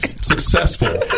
successful